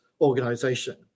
organization